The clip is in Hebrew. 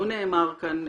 לא נאמר כאן,